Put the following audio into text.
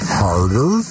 harder